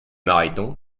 mariton